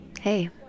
Hey